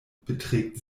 beträgt